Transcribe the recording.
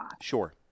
Sure